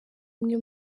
umwe